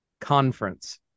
conference